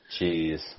Jeez